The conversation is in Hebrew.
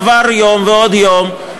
עבר יום ועוד יום,